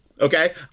okay